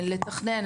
לתכנן,